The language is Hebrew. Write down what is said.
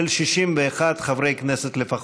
של 61 חברי כנסת לפחות.